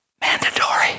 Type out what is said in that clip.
mandatory